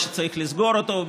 צריך לסגור אותו,